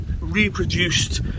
reproduced